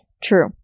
True